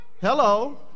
Hello